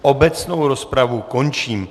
Obecnou rozpravu končím.